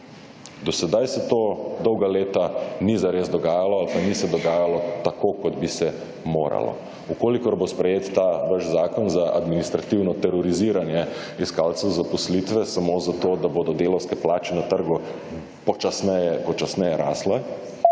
Do sedaj se to dolga leta ni zares dogajalo ali pa ni se dogajalo tako, kot bi se moralo. V kolikor bo sprejet ta vaš zakon za administrativno teroriziranje iskalcev zaposlitve, samo zato, da bodo delavske plače na trgu počasneje rastle,